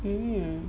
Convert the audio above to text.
mm